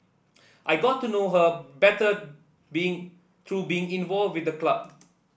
I got to know her better being through being involved with the club